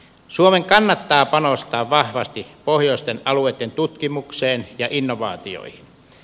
suomen kannattaa panostaa vahvasti pohjoisten alueitten tutkimukseen ja innovaatioihin